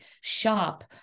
shop